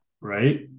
right